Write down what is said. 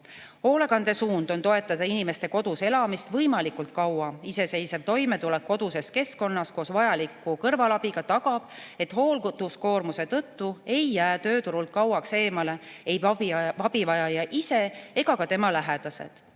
Hoolekande suund on toetada inimeste kodus elamist võimalikult kaua. Iseseisev toimetulek koduses keskkonnas koos vajaliku kõrvalabiga tagab, et hoolduskoormuse tõttu ei jää tööturult kauaks eemale ei abivajaja ise ega ka tema lähedased.